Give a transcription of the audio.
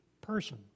person